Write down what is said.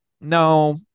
No